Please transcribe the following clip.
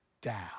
down